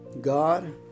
God